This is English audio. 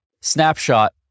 snapshot